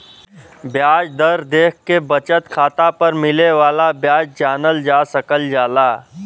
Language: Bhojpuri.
ब्याज दर देखके बचत खाता पर मिले वाला ब्याज जानल जा सकल जाला